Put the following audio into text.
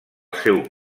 seu